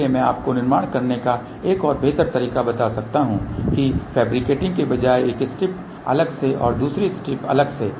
इसलिए मैं आपको निर्माण करने का एक बेहतर तरीका बता सकता हूं कि फैब्रिकेटिंग के बजाय एक स्ट्रिप अलग से और दूसरी स्ट्रिप अलग से